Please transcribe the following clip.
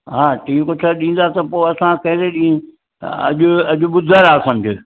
हा टी खऊं छह ॾींदा त पोइ असां पहिरें ॾींहुं अॼु अॼु ॿुधरु आहे सम्झु